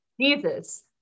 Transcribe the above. Jesus